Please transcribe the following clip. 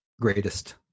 greatest